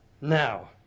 Now